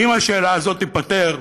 אם השאלה הזאת תיפתר,